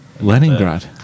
Leningrad